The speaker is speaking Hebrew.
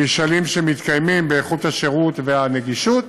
במשאלים שמתקיימים על איכות השירות והנגישות,